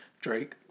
Drake